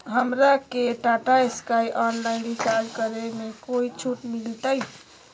हमरा के Tata Sky online recharge करे में कोई छूट मिलतई